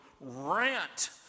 rant